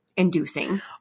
inducing